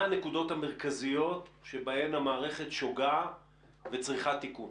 מה הנקודות המרכזיות בהן המערכת שוגה וצריכה תיקון?